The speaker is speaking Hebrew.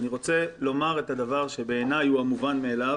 ואני רוצה לומר את הדבר, שבעיניי, המובן מאליו.